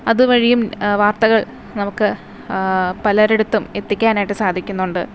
അതുവഴിയും വാർത്തകൾ നമുക്ക് പലരെടുത്തും എത്തിക്കാനായിട്ട് സാധിക്കുന്നുണ്ട്